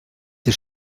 des